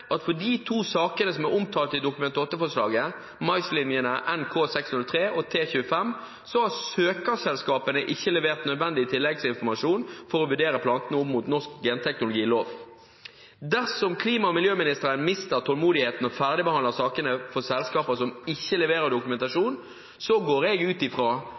at for de to sakene som er omtalt i Dokument 8-forslaget – maislinjene NK603 og T25 – har søkerselskapene ikke levert nødvendig tilleggsinformasjon for å vurdere plantene opp mot norsk genteknologilov. Dersom klima- og miljøministeren mister tålmodigheten og ferdigbehandler sakene for selskaper som ikke leverer dokumentasjon, går jeg ut